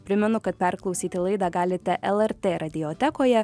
primenu kad perklausyti laidą galite lrt radiotekoje